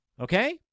Okay